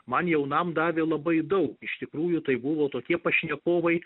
man jaunam davė labai daug iš tikrųjų tai buvo tokie pašnekovai